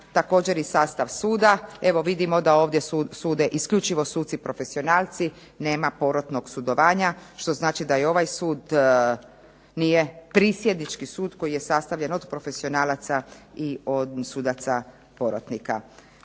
također i sastav suda. Evo vidimo da ovdje sude isključivo suci profesionalci, nema porotnog sudovanja što znači da ovaj sud nije prisjednički sud koji je sastavljen od profesionalaca i od sudaca porotnika.